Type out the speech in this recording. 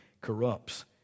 corrupts